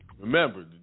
Remember